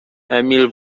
emil